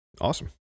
Awesome